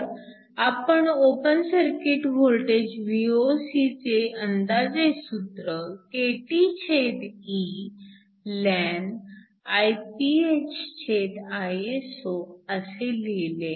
तर आपण open circuit voltage Vocचे अंदाजे सूत्र kTeln IphIso असे लिहिले